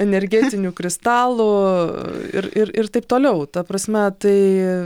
energetinių kristalų ir ir ir taip toliau ta prasme tai